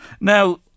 Now